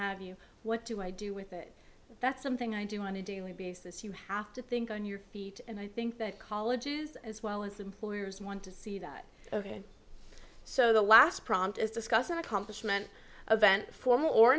have you what do i do with it that's something i do on a daily basis you have to think on your feet and i think that colleges as well as employers want to see that so the last prompt is discussed an accomplishment a vent formal or